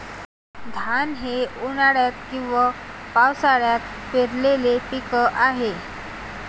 धान हे उन्हाळ्यात किंवा पावसाळ्यात पेरलेले पीक आहे